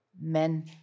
men